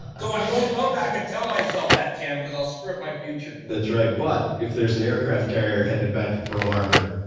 so i won't go back and tell myself that, tim, because i'll screw up my future. that's right. but if there's an aircraft carrier headed back to pearl harbor,